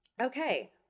Okay